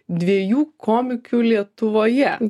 dviejų komikių lietuvoje